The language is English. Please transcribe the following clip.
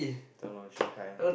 don't know she cry ah